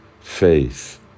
faith